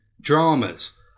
dramas